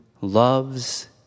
loves